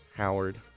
Howard